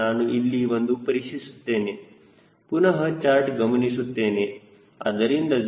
ನಾನು ಇಲ್ಲಿ ಬಂದು ಪರೀಕ್ಷಿಸುತ್ತೇನೆ ಪುನಹ ಚಾರ್ಟ್ ಗಮನಿಸುತ್ತೇನೆ ಅದರಿಂದ 0